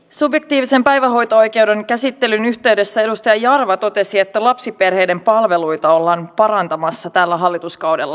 subjektiivisen päivähoito oikeuden käsittelyn yhteydessä edustaja jarva totesi että lapsiperheiden palveluita ollaan parantamassa tällä hallituskaudella